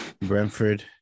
Brentford